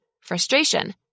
frustration